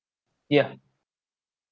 ya